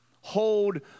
hold